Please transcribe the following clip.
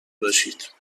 باشید